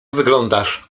wyglądasz